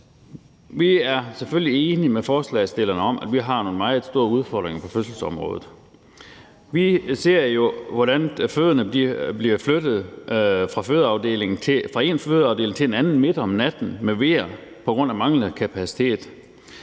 Vi er selvfølgelig enige med forslagsstillerne om, at vi har nogle meget store udfordringer på fødselsområdet. Vi ser jo, hvordan fødende bliver flyttet fra den ene fødeafdeling til den anden midt om natten med veer på grund af manglende kapacitet.